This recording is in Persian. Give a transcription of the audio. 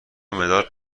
مداد